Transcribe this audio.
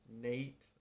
Nate